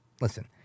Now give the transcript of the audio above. Listen